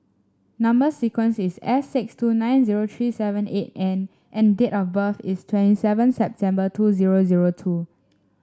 number sequence is S six two nine zero three seven eight N and date of birth is twenty seven September two zero zero two